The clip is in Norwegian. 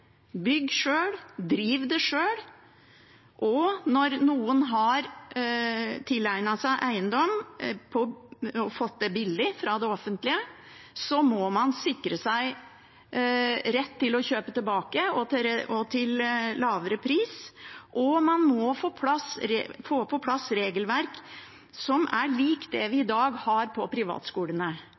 bygg sjøl, driv det sjøl! Og når noen har tilegnet seg eiendom og fått det billig fra det offentlige, må man sikre seg retten til å kjøpe tilbake, og til en lavere pris, og man må få på plass regelverk som er lik det vi i dag har for privatskolene.